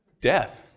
Death